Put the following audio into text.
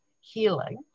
healing